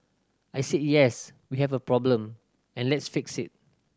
I said yes we have a problem and let's fix it